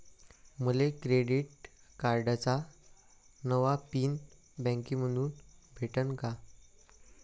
मले क्रेडिट कार्डाचा नवा पिन बँकेमंधून भेटन का?